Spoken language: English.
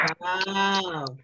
Wow